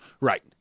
Right